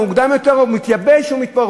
מתייבש ומתפורר,